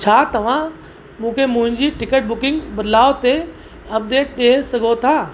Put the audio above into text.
छा तव्हां मूंखे मुंहिंजी टिकेट बुकिंग बदिलाउ ते अपडेट ॾई सघो था